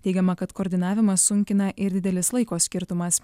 teigiama kad koordinavimą sunkina ir didelis laiko skirtumas